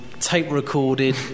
tape-recorded